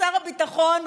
שר הביטחון,